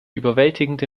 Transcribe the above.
überwältigende